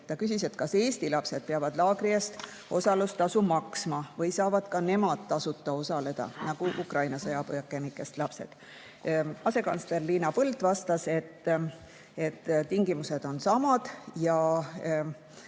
Ta küsis, kas Eesti lapsed peavad laagri eest osalustasu maksma või saavad ka nemad tasuta osaleda nagu Ukraina sõjapõgenikest lapsed. Asekantsler Liina Põld vastas, et tingimused on samad ja